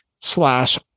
slash